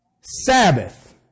Sabbath